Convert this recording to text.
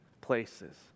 places